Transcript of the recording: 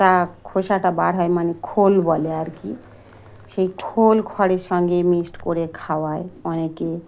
টা খোসাটা বার হয় মানে খোল বলে আর কি সেই খোল খড়ের সঙ্গে মিক্সড করে খাওয়ায় অনেকে